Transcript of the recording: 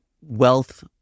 wealth